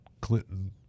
Clinton